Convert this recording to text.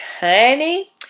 honey